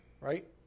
Right